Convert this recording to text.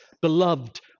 Beloved